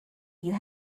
you